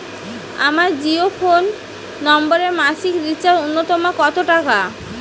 আমার জিও ফোন নম্বরে মাসিক রিচার্জ নূন্যতম কত টাকা?